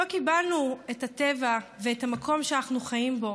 לא קיבלנו את הטבע ואת המקום שאנחנו חיים בו,